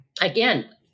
Again